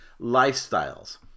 lifestyles